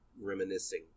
reminiscing